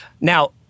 Now